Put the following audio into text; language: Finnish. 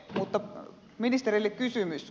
mutta ministerille kysymys